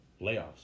layoffs